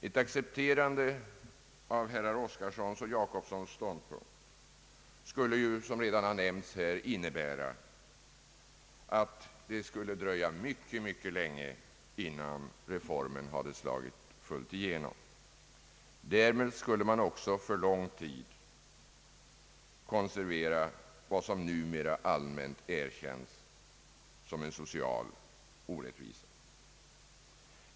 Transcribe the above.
Ett accepterande av herrar Oskarsons och Ja cobssons ståndpunkt skulle, som redan nämnts, innebära att det skulle dröja mycket länge innan reformen helt slagit igenom. Därmed skulle man också för lång tid konservera vad som nu allmänt erkänns som en social orättvisa.